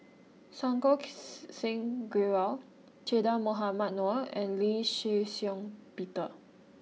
Santokh Singh Grewal Che Dah Mohamed Noor and Lee Shih Shiong Peter